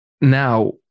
now